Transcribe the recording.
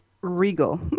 regal